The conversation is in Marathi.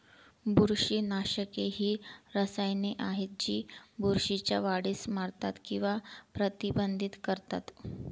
बुरशीनाशके ही रसायने आहेत जी बुरशीच्या वाढीस मारतात किंवा प्रतिबंधित करतात